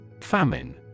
Famine